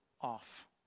off